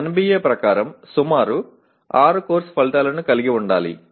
NBA ప్రకారం సుమారు 6 course ఫలితాలను కలిగి ఉండాలి